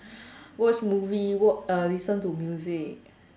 watch movie wat~ uh listen to music